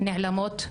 נעלמות,